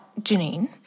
Janine